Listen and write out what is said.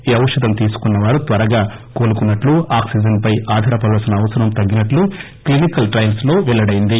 ఈ ఔషదం తీసుకున్న వారి త్వరగా కోలుకున్నట్లు ఆక్సిజన్ పై ఆదారపడవలసిన అవసరం తగ్గినట్లు క్లీనికల్ ట్రయల్స్ లో పెల్లడైంది